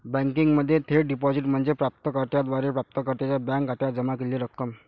बँकिंगमध्ये थेट डिपॉझिट म्हणजे प्राप्त कर्त्याद्वारे प्राप्तकर्त्याच्या बँक खात्यात जमा केलेली रक्कम